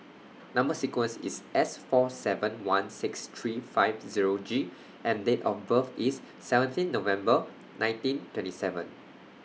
Number sequence IS S four seven one six three five Zero G and Date of birth IS seventeen November nineteen twenty seven